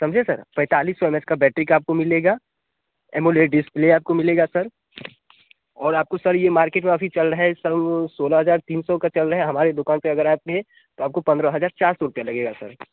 समझे सर पैंतालीस सौ एम एच का बैटरी का आपको मिलेगा एमोलेड डिस्प्ले आपको मिलेगा सर और आपको सर यह मार्किट में अभी चल रहे हैं सर सोलह हज़ार तीन सौ का चल रहे हैं हमारी दुकान पर अगर आप लें तो आपको पंद्रह हज़ार चार सौ का रुपया लगेगा सर